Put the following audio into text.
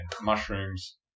mushrooms